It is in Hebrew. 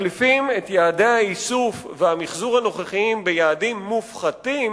מחליפים את יעדי האיסוף והמיחזור הנוכחיים ביעדים מופחתים,